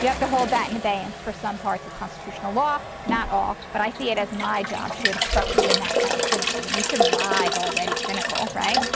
you have to hold that in abeyance for some parts of constitutional law, not all. but i see it as my job to instruct you in that kind of cynicism. you shouldn't arrive already cynical, right?